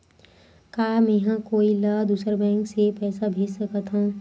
का मेंहा कोई ला दूसर बैंक से पैसा भेज सकथव?